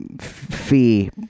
fee